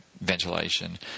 ventilation